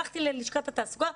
הלכתי ללשכת התעסוקה,